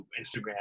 Instagram